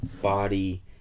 body